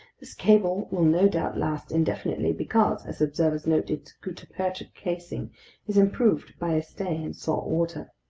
this cable will no doubt last indefinitely because, as observers note, its gutta-percha casing is improved by a stay in salt water.